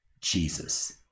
Jesus